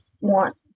want